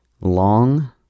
Long